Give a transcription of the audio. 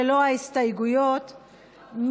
ללא ההסתייגויות,